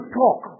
talk